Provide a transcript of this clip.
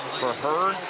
for her,